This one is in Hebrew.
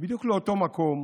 בדיוק לאותו מקום